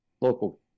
local